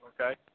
okay